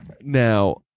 Now